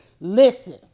Listen